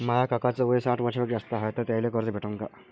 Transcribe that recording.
माया काकाच वय साठ वर्षांपेक्षा जास्त हाय तर त्याइले कर्ज भेटन का?